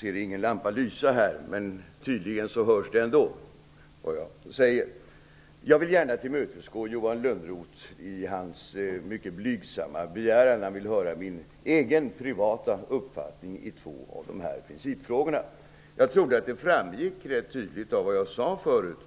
Fru talman! Jag vill gärna tillmötesgå Johan Lönnroth i hans mycket blygsamma begäran. Han vill höra min egen privata uppfattning i dessa två principfrågor. Jag trodde att det framgick rätt tydligt av vad jag tidigare sade